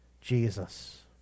Jesus